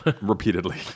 repeatedly